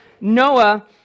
Noah